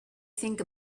think